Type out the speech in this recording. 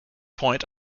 point